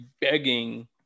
begging